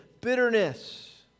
bitterness